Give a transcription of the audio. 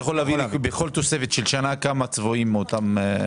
אשמח שתעביר לי בכל תוספת של שנה כמה צבועים לכך.